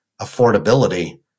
affordability